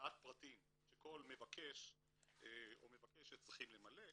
הרצאת פרטים שכל מבקש או מבקשת צריכים למלא,